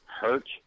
hurt